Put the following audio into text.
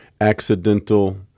accidental